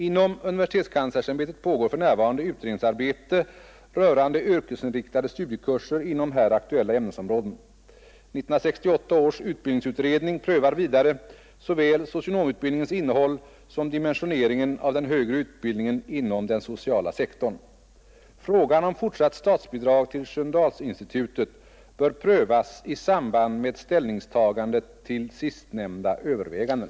Inom universitetskanslersämbetet pågår för närvarande utredningsarbete rörande yrkesinriktade studiekurser inom här aktuella ämnesområden. 1968 års utbildningsutredning prövar vidare såväl socionomutbildningens innehåll som dimensioneringen av den högre utbildningen inom den sociala sektorn. Frågan om fortsatt statsbidrag till Sköndalsinstitutet bör prövas i samband med ställningstagandet till sistnämnda överväganden.